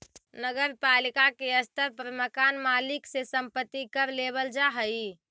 नगर पालिका के स्तर पर मकान मालिक से संपत्ति कर लेबल जा हई